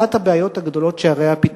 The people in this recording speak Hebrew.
אורי אורבך (הבית